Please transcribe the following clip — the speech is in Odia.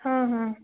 ହଁ ହଁ